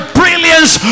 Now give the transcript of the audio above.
brilliance